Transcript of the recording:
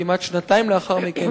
כמעט שנתיים לאחר מכן,